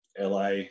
LA